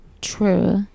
True